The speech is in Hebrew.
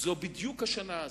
זו בדיוק בשנה הזאת.